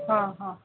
हा हा